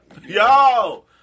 yo